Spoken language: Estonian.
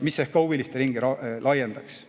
mis ehk ka huviliste ringi laiendaks.